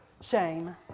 shame